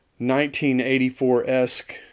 1984-esque